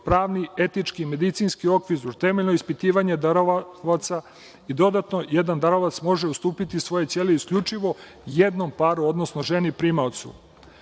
pravni etički medicinski okvir, uz temeljno ispitivanje darivaoca i dodatno jedan darovac može ustupiti svoje ćelije isključivo jednom paru, odnosno ženi primaocu.